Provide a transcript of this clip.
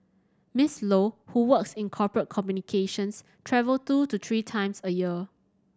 Miss Low who works in corporate communications travel two to three times a year